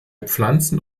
pflanzen